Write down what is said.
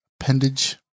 Appendage